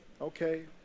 Okay